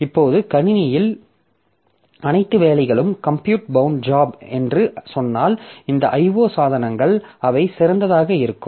இப்போது கணினியில் அனைத்து வேலைகளும் கம்பியூட் பௌண்ட் ஜாப் என்று சொன்னால் இந்த IO சாதனங்கள் அவை சிறந்ததாக இருக்கும்